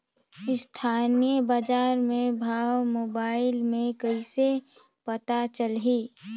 स्थानीय बजार के भाव मोबाइल मे कइसे पता चलही?